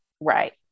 Right